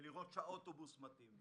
לראות שהאוטובוס מתאים.